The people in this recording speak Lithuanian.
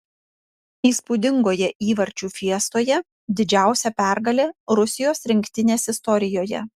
įspūdingoje įvarčių fiestoje didžiausia pergalė rusijos rinktinės istorijoje